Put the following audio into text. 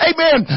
Amen